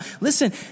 Listen